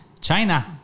China